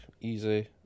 easy